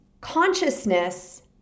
Consciousness